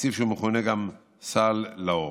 תקציב שמכונה גם "סל לאור".